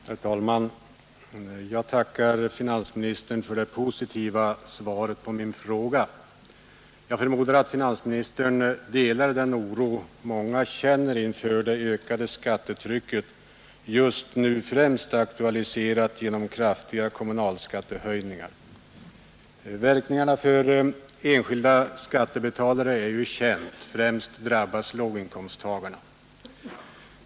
Herr talman! Jag tackar finansministern för det positiva svaret på min fråga. Jag förmodar att finansministern delar den oro många känner inför det ökade skattetrycket, just nu främst aktualiserat genom kraftiga kommunalskattehöjningar. Verkningarna för enskilda skattebetalare är ju kända. Främst drabbas låginkomsttagarna.